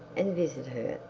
and visit her,